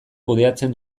kudeatzen